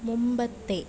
മുമ്പത്തെ